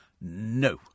No